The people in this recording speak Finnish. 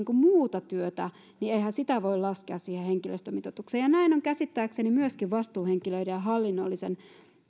muuta työtä niin eihän sitä voi laskea siihen henkilöstömitoitukseen ja näin on käsittääkseni myöskin vastuuhenkilöiden ja hallinnollisen